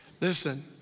listen